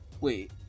Wait